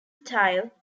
style